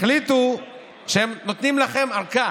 החליטו שהם נותנים לכם ארכה